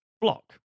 Block